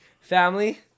family